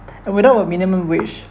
and without a minimum wage